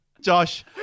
Josh